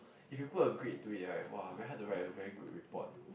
if you put a grade to it right !wah! very hard to write a very good report